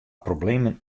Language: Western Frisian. problemen